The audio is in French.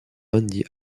andy